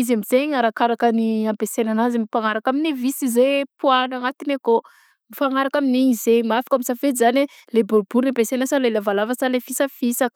izy am'zegny arakaraka ny ampesegna agnazy mifagnaraka aminy visy zay poahagna agnatiny akao mifagnaraka amin'ny zay afaka misafidy zany hoe le boribory ny ampesegna sa le lavalava sa le fisafisaka.